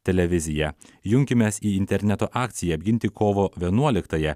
televiziją junkimės į interneto akciją apginti kovo vienuoliktąją